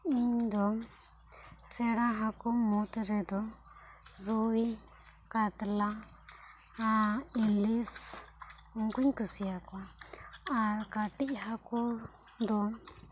ᱤᱧ ᱫᱚ ᱥᱮᱬᱟ ᱦᱟᱹᱠᱩ ᱢᱩᱫᱽ ᱨᱮᱫᱚ ᱨᱩᱭ ᱠᱟᱛᱞᱟ ᱟᱨ ᱤᱞᱤᱥ ᱩᱱᱠᱩᱧ ᱠᱩᱥᱤᱭᱟᱠᱚᱣᱟ ᱟᱨ ᱠᱟᱹᱴᱤᱡ ᱦᱟᱹᱠᱩ ᱫᱚ